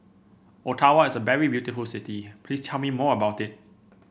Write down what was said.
Ottawa is a very beautiful city please tell me more about it